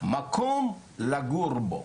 מקום לגור בו,